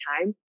time